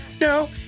No